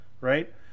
Right